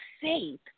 faith